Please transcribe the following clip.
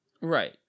right